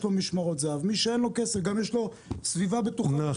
יש לו משמרות זה"ב וגם יש לו סביבה בטוחה בבית הספר.